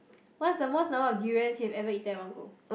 what's the most number of durians you ever eaten at one go